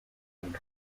and